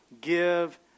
give